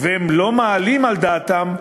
והם לא מעלים על דעתם,